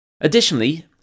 Additionally